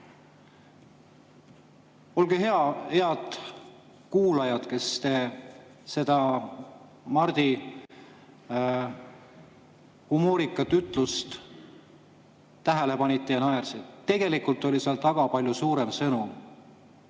Head kuulajad, kes te seda Mardi humoorikat ütlust tähele panite ja naersite, tegelikult oli seal taga palju suurem sõnum.